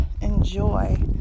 enjoy